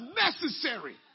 necessary